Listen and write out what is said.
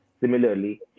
Similarly